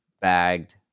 bagged